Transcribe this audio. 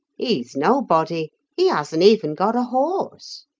he's nobody he hasn't even got a horse.